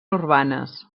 urbanes